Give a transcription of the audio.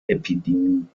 epidemie